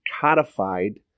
codified